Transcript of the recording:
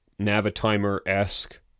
Navitimer-esque